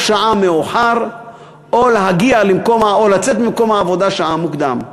או להגיע לעבודה שעה מאוחר יותר או לצאת ממקום העבודה שעה מוקדם יותר.